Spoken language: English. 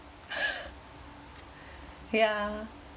ya